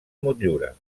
motllura